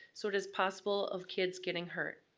so it is possible of kids getting hurt.